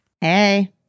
Hey